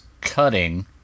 cutting